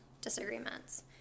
disagreements